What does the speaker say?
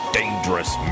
dangerous